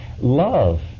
Love